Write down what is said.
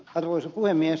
arvoisa puhemies